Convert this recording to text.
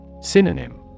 Synonym